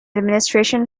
administration